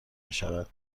میشود